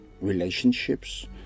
Relationships